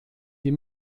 die